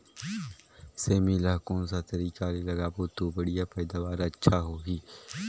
सेमी ला कोन सा तरीका ले लगाबो ता बढ़िया पैदावार अच्छा होही?